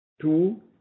two